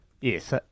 Yes